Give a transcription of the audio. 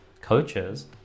coaches